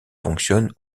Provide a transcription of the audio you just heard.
fonctionne